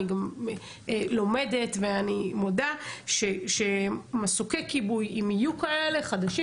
אני גם לומדת ואני מודה שמסוקי כיבוי אם יהיו כאלה חדשים,